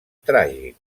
tràgic